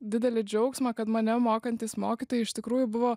didelį džiaugsmą kad mane mokantys mokytojai iš tikrųjų buvo